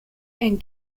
and